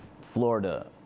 Florida